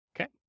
okay